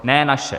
Ne naše.